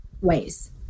ways